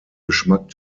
geschmack